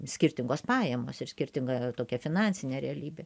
skirtingos pajamos ir skirtinga tokia finansinė realybė